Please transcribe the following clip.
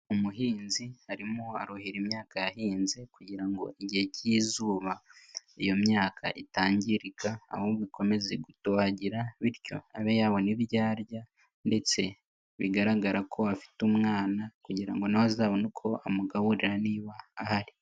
Umuhinzi harimo aruhira imyaka yahinze kugira ngo igihe cy'izuba iyo myaka itangirika ahubwo ikomeze gutohagira bityo abe yabona arya ndetse bigaragara ko afite umwana kugira ngo nawe azabone uko amugaburira niba ahari.